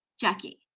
Jackie